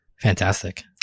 fantastic